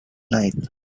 night